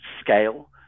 scale